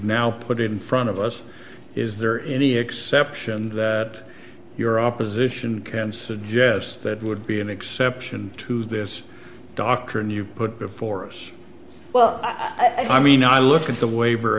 now put it in front of us is there any exception that your opposition can suggest that would be an exception to this doctrine you put before us well i mean i look at the waiver